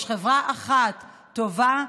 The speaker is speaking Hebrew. יש חברה אחת טובה,